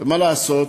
ומה לעשות